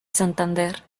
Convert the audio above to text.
santander